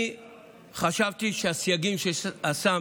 אני חשבתי שהסייגים ששם